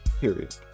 period